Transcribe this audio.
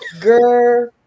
girl